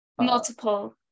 Multiple